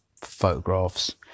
photographs